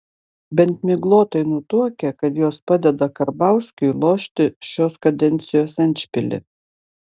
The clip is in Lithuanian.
bent miglotai nutuokia kad jos padeda karbauskiui lošti šios kadencijos endšpilį